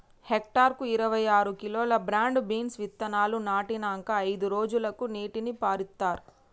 hectare కు ఇరవై ఆరు కిలోలు బ్రాడ్ బీన్స్ విత్తనాలు నాటినంకా అయిదు రోజులకు నీటిని పారిత్తార్